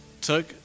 took